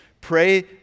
Pray